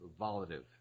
Volative